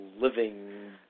living